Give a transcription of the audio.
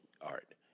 art